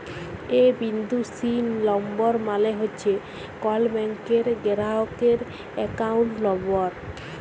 এ বিন্দু সি লম্বর মালে হছে কল ব্যাংকের গেরাহকের একাউল্ট লম্বর